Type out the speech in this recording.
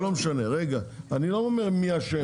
אני לא אומר מי אשם.